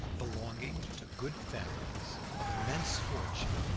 belonging to good families of immense fortune,